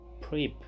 PrEP